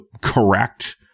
correct